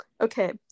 okay